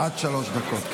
עד שלוש דקות.